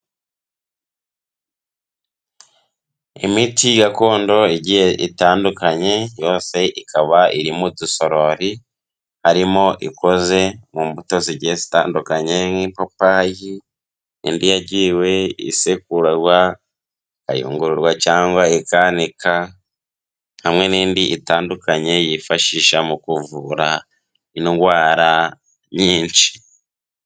Imiti gakondo igiye itandukanye yose ikaba iri mu dusorori, harimo ikoze mu mbuto zigiye zitandukanye nk'ipapayi, indi yagiye isekurarwa ikayungururwa cyangwa ikanika, hamwe n'indi itandukanye yifashisha mu kuvura indwara nyinshi.